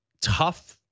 tough